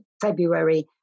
February